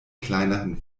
kleineren